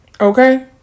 Okay